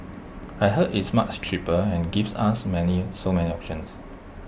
I heard it's much cheaper and gives us many so many options